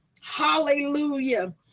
Hallelujah